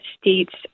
states